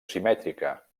simètrica